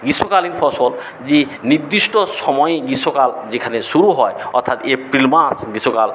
গ্রীষ্মকালীন ফসল যে নির্দিষ্ট সময়ে গ্রীষ্মকাল যেখানে শুরু হয় অর্থাৎ এপ্রিল মাস গ্রীষ্মকালে